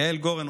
יעל גורן,